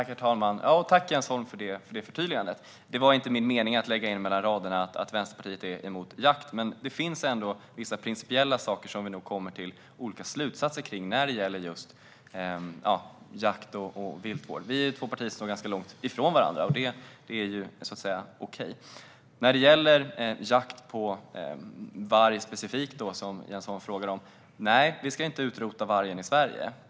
Fru talman! Tack, Jens Holm, för förtydligandet! Det var inte min mening att lägga in mellan raderna att Vänsterpartiet är emot jakt, men det finns ändå vissa principiella frågor där vi kommer fram till olika slutsatser när det gäller just jakt och viltvård. Vi är två partier som står ganska långt ifrån varandra, och det är så att säga okej. Jens Holm frågar specifikt om jakt på varg. Nej, vi ska inte utrota vargen i Sverige.